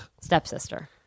Stepsister